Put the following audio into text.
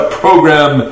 program